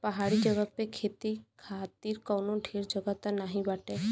पहाड़ी जगह पे खेती खातिर कवनो ढेर जगही त नाही बाटे